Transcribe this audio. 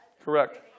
Correct